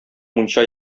мунча